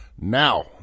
now